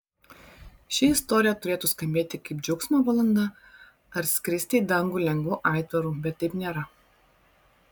ši istorija turėtų skambėti kaip džiaugsmo valanda ar skristi į dangų lengvu aitvaru bet taip nėra